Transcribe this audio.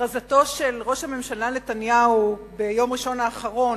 הכרזתו של ראש הממשלה נתניהו, ביום ראשון האחרון,